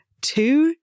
two